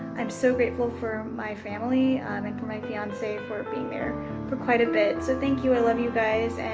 i'm so grateful for my family and for my fiance for being there for quite a bit, so thank you. i love you guys. and